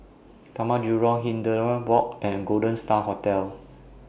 Taman Jurong Hindhede Walk and Golden STAR Hotel